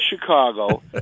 Chicago